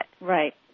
Right